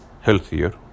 healthier